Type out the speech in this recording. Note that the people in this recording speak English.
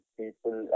people